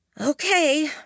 Okay